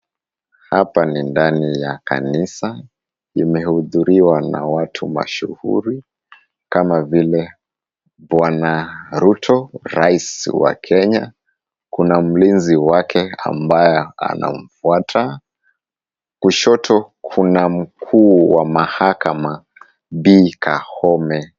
Hapa ni ndani ya kanisa, limehudhuriwa na watu mashuhuri kama vile Bwana Ruto, rais wa Kenya, kuna mlinzi wake ambaye anamfuata, kushoto kuna mkuu wa mahakama Bi. Koome.